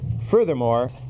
Furthermore